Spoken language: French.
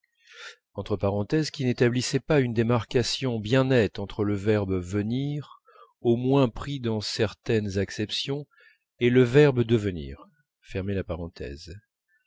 n'établissait pas une démarcation bien nette entre le verbe venir au moins pris dans certaines acceptions et le verbe